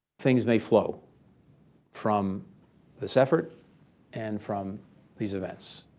things may flow from this effort and from these events,